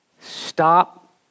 stop